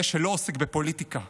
זה שלא עוסק בפוליטיקה.